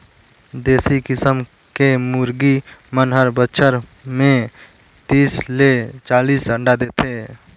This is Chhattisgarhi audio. देसी किसम के मुरगी मन हर बच्छर में तीस ले चालीस अंडा देथे